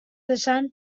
esan